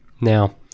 Now